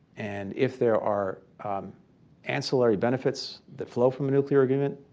and if there are ancillary benefits that flow from a nuclear agreement,